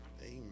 Amen